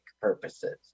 purposes